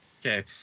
Okay